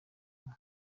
umwe